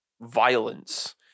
violence